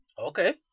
Okay